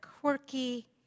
quirky